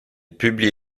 publie